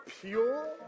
Pure